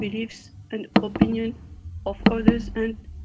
beliefs and opinion of others and,